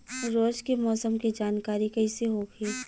रोज के मौसम के जानकारी कइसे होखि?